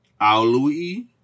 Aului